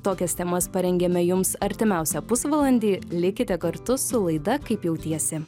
tokias temas parengėme jums artimiausią pusvalandį likite kartu su laida kaip jautiesi